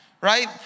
Right